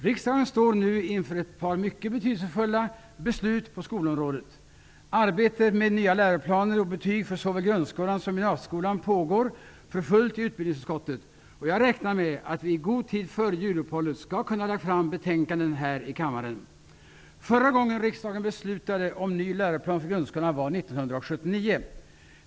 Riksdagen står nu inför ett par mycket betydelsefulla beslut på skolområdet. Arbetet med nya läroplaner och betyg för såväl grundskolan som gymnasieskolan pågår för fullt i utbildningsutskottet, och jag räknar med att vi i god tid före juluppehållet skall kunna lägga fram betänkanden här i kammaren. Förra gången riksdagen beslutade om en ny läroplan för grundskolan var 1979.